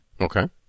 Okay